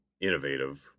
innovative